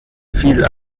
fiel